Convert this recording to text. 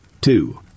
Two